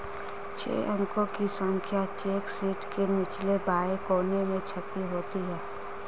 छह अंकों की संख्या चेक शीट के निचले बाएं कोने में छपी होती है